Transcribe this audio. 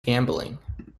gambling